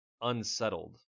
unsettled